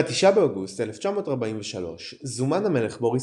ב-9 באוגוסט 1943 זומן המלך בוריס